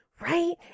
Right